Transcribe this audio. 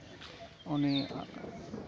ᱩᱱᱤ